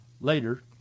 later